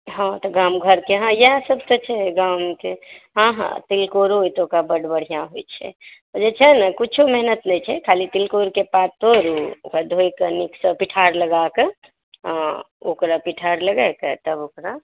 हॅं तऽ गाम घरके तऽ इएह सभ छै गामके हॅं हॅं तिलकोरो एतुका बड बढ़िऑं होइ छै जे छै ने कीछो मेहनत नहि छै खाली तिलकोरके पात तोड़ु ओकरा धोय कऽ नीकसँ पिठार लगाकऽ ओकरा पिठार लगाके तब ओकरा